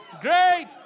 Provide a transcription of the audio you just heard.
great